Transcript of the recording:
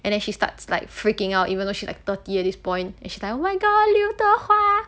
and then she starts like freaking out even though she's like thirty at this point and she's like oh my god 刘德华